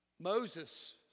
Moses